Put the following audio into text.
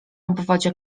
obwodzie